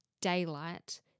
daylight